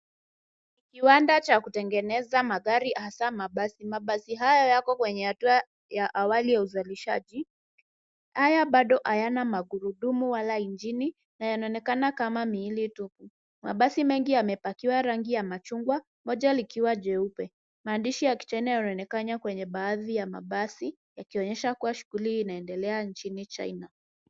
Kiwanda cha kutengeneza magari hasa mabasi. Mabasi hayo yako kwenye hatua ya awali ya uzalishaji. Haya bado hayana magurudumu wala injini na yanaonekana kama miili tuu. Mabasi mengi yamepakiwa rangi ya machungwa moja likiwa jeupe. Maandishi ya kijani yanaonekana kwenye baadhi ya mabasi, yakionyesha kuwa shughuli hii inaendelea nchini China.